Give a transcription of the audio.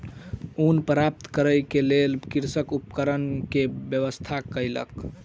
ऊन प्राप्त करै के लेल कृषक उपकरण के व्यवस्था कयलक